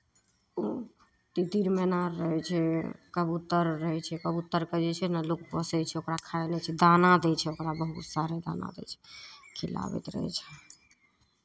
ओ तितिर मैना अर रहै छै कबूतर अर रहै छै कबूतरकेँ जे छै ने लोक पोसै छै ओकरा खाइ लए दाना दै छै ओकरा बहुत शहरमे दाना दै छै खिलाबैत रहै छै